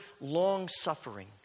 long-suffering